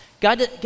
God